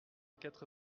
quatre